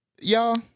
Y'all